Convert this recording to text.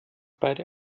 beide